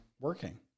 working